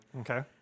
Okay